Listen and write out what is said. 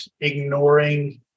ignoring